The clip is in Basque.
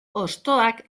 hostoak